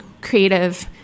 creative